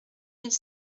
mille